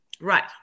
right